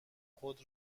خود